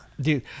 Dude